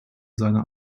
seiner